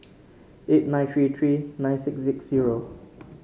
eight nine three three nine six six zero